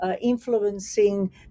influencing